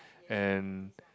and